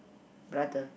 brother